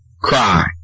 cry